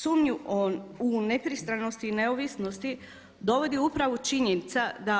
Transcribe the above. Sumnju u nepristranost i neovisnost dovodi upravo činjenica da